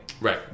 Right